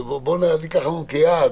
בוא ניקח כיעד.